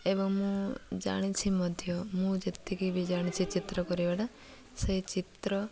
ଏବଂ ମୁଁ ଜାଣିଛି ମଧ୍ୟ ମୁଁ ଯେତିକି ବି ଜାଣିଛି ଚିତ୍ର କରିବାଟା ସେଇ ଚିତ୍ର